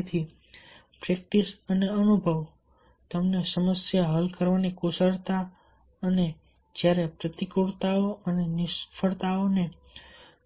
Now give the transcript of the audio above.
તેથી પ્રેક્ટિસ અને અનુભવ તમને સમસ્યા હલ કરવાની કુશળતા અને જ્યારે પ્રતિકૂળતાઓ અને નિષ્ફળતાઓ